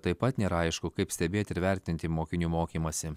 taip pat nėra aišku kaip stebėti ir vertinti mokinių mokymąsi